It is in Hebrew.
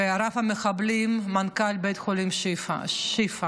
ורב-המחבלים מנכ"ל בית חולים שיפא.